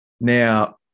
Now